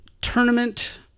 tournament